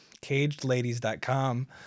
Cagedladies.com